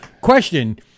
Question